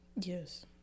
Yes